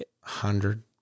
hundred